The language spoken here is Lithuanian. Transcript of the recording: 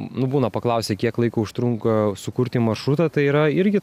nu būna paklausia kiek laiko užtrunka sukurti maršrutą tai yra irgi